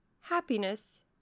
happiness